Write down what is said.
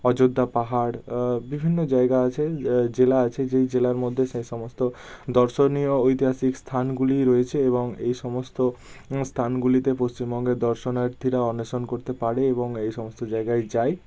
অযোধ্যা পাহাড় বিভিন্ন জায়গা আছে জেলা আছে যেই জেলার মধ্যে সে সমস্ত দর্শনীয় ঐতিহাসিক স্থানগুলিই রয়েছে এবং এই সমস্ত স্থানগুলিতে পশ্চিমবঙ্গের দর্শনার্থীরা অন্বেষণ করতে পারে এবং এই সমস্ত জায়গায় যায়